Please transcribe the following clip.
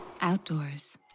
outdoors